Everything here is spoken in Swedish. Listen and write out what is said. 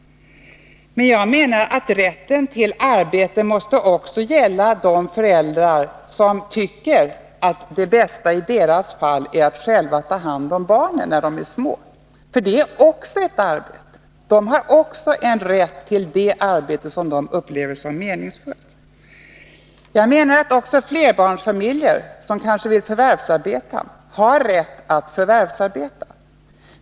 Men jag menar att rätten till arbete måste gälla också de föräldrar som tycker att det bästa i deras fall är att själva ta hand om barnen när de är små, för det är också ett arbete. De har också en rätt till det arbete som de upplever som meningsfullt. Jag menar att föräldrarna i flerbarnsfamiljer, som kanske vill förvärvsarbeta, också har rätt att förvärvsarbeta.